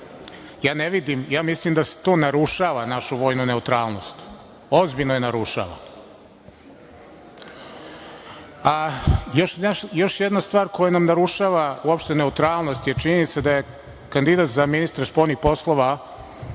za servisiranje? Mislim da to narušava našu vojnu neutralnost, ozbiljno je narušava. Još jedna stvar koja nam narušava uopšte neutralnost je činjenica da je kandidat za ministra spoljnih poslova